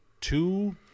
two